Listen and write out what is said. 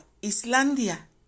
Islandia